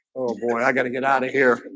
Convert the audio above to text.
boy. i gotta get out of here